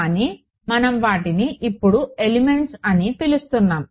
కానీ మనం వాటిని ఇప్పుడు ఎలిమెంట్స్ అని పిలుస్తున్నాము